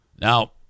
Now